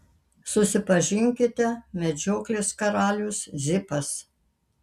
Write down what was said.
susipažinkite medžioklės karalius zipas